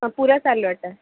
ହଁ ପୁରା ସାଲୱାର୍ଟା